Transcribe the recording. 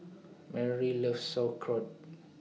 Myrle loves Sauerkraut